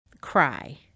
cry